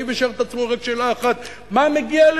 וישאל את עצמו רק שאלה אחת: מה מגיע לי,